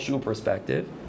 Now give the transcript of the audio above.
perspective